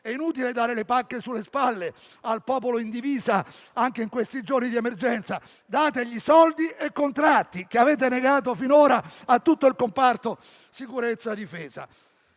È inutile dare pacche sulle spalle al popolo in divisa, anche in questi giorni di emergenza. Date loro soldi e contratti, che avete negato finora a tutto il comparto sicurezza e difesa.